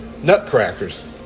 nutcrackers